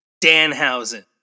Danhausen